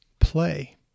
play